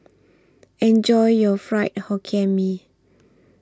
Enjoy your Fried Hokkien Mee